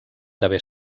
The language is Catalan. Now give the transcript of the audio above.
d’haver